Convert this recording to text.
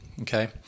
okay